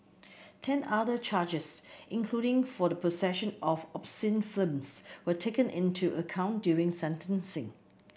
ten other charges including for the possession of obscene films were taken into account during sentencing